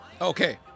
Okay